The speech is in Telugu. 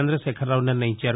చంద్రశేఖరరావు నిర్ణయించారు